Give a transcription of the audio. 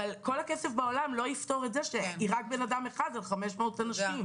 אבל כל הכסף בעולם לא יפתור את זה שהיא רק בן אדם אחד על 500 אנשים.